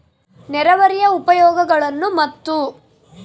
ನೇರಾವರಿಯ ಉಪಯೋಗಗಳನ್ನು ಮತ್ತು?